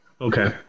Okay